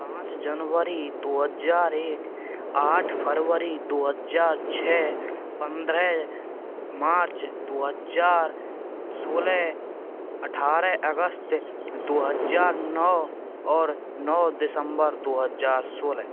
पाँच जनवरी दो हज़ार एक आठ फरवरी दो हज़ार छः पंद्रह मार्च दो हज़ार सोलह अट्ठारह अगस्त दो हज़ार नौ और नौ दिसम्बर दो हज़ार सोलह